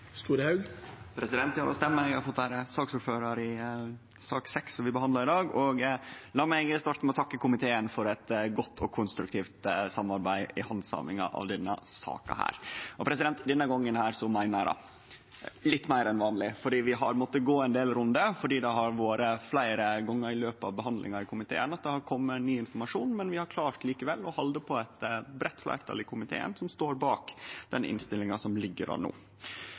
dag. La meg starte med å takke komiteen for eit godt og konstruktivt samarbeid i handsaminga av denne saka. Denne gongen meiner eg det litt meir enn vanleg, for vi har måtta gå ein del rundar fordi det fleire gonger under handsaminga i komiteen har kome ny informasjon, men vi har likevel klart å halde på eit breitt fleirtal i komiteen, som står bak innstillinga som ligg føre no.